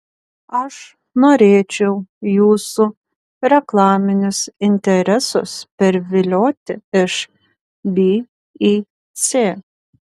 aš norėčiau jūsų reklaminius interesus pervilioti iš b į c